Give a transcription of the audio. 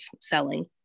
selling